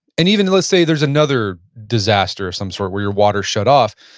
and even, let's say there's another disaster of some sort, where your water's shut off.